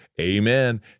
amen